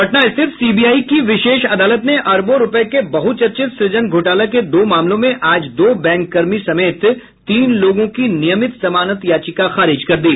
पटना स्थित सीबीआई की विशेष अदालत ने अरबों रुपये के बह्चर्चित सुजन घोटाला के दो मामलों में आज दो बैंककर्मी समेत तीन लोगों की नियमित जमानत याचिका खारिज कर दी